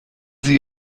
sie